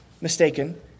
mistaken